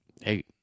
Hey